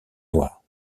noire